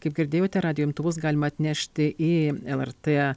kaip girdėjote radijo imtuvus galima atnešti į lrt